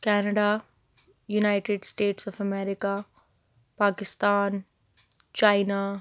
Canada United States of America Pakistan China